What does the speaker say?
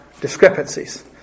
discrepancies